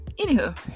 anywho